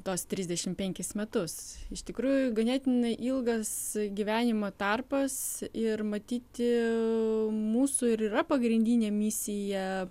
tuos trisdešimt penkis metus iš tikrųjų ganėtinai ilgas gyvenimo tarpas ir matyti mūsų ir yra pagrindinė misija